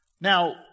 Now